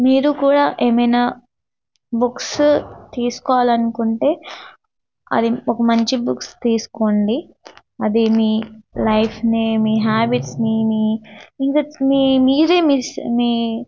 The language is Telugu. మీరు కూడా ఏమైనా బుక్స్ తీసుకోవాలనుకుంటే అది ఒక మంచి బుక్స్ తీసుకోండి అది మీ లైఫ్ని మీ హ్యాబిట్స్ని మీ ఇంక మీ మీరే మిస్ మీ